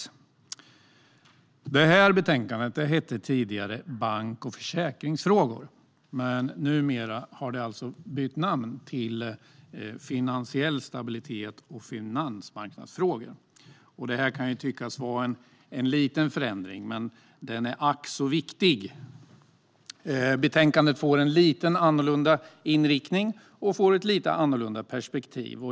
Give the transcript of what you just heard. Motsvarande tidigare betänkanden har haft titeln Bank och försäk ringsfrågor . Numera är namnet Finansiell stabilitet och finansmarknads frågor . Det här kan tyckas vara en liten förändring, men den är ack så viktig. Betänkandet får en lite annorlunda inriktning och ett lite annorlunda perspektiv.